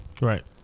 Right